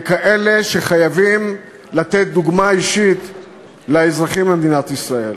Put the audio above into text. ככאלה שחייבים לתת דוגמה אישית לאזרחים במדינת ישראל.